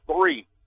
three